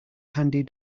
candy